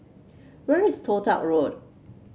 where is Toh Tuck Road